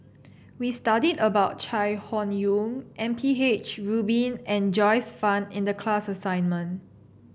we studied about Chai Hon Yoong M P H Rubin and Joyce Fan in the class assignment